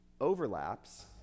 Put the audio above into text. overlaps